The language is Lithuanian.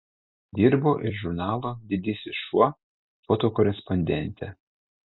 dirbo ir žurnalo didysis šuo fotokorespondente